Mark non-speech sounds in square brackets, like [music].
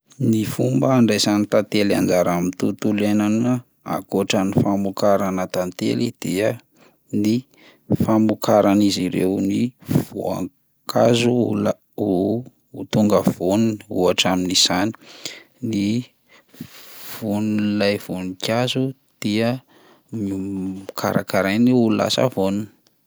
Ny fomba handraisan'ny tantely anjara amin'ny tontolo iainana ankoatran'ny famokarana tantely dia ny famokaran'izy ireo ny voankazo ho la- ho- ho tonga voany ohatra amin'izany ny voan'ilay voninkazo dia [hesitation] karakarainy ho lasa voany.